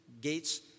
gates